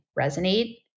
resonate